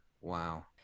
wow